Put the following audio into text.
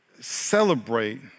celebrate